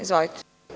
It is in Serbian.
Izvolite.